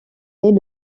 est